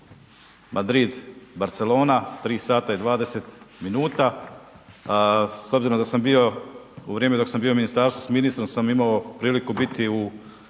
Madrid, Barcelona 3 sata i 20 minuta. S obzirom da sam bio u vrijeme dok sam bio u ministarstvu s ministrom sam imao priliku biti u